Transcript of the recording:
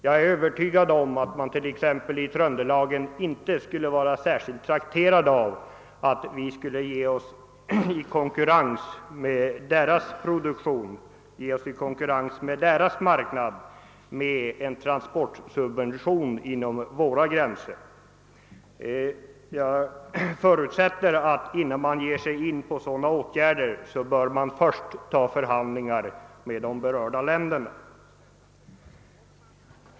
Jag är övertygad om att man i Tröndelag inte skulle vara särskilt trakterad av att vi börjar konkurrera på deras marknad med transportsubventioner. Innan vi vidtar sådana åtgärder bör vi ta upp förhandlingar med berörda länder.